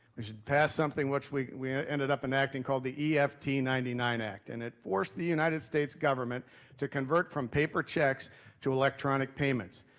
we should pass something which we we ended up enacting called the eft ninety nine act. and it forced the united states government to convert from paper checks to electronic payments.